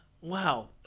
Wow